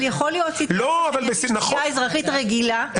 אבל יכול להיות --- תביעה אזרחית רגילה -- נכון.